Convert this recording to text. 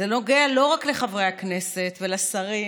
זה נוגע לא רק לחברי הכנסת ולשרים